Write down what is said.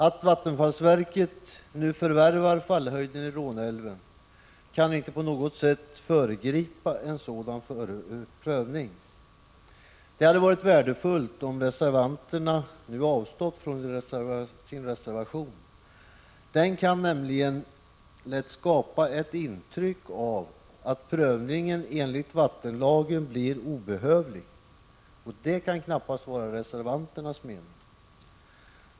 Att vattenfallsverket nu förvärvar fallhöjder i Råneälven kan inte på något sätt föregripa en sådan prövning. Det hade varit värdefullt om reservanterna avstått från sin reservation. Den kan nämligen lätt skapa intryck av att prövningen enligt vattenlagen blir obehövlig, och det kan knappast vara reservanternas mening.